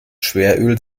schweröl